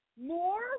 More